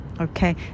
okay